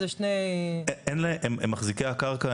אלה שני --- הם מחזיקי הקרקע,